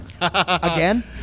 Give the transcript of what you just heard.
Again